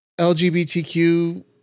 LGBTQ